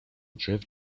drift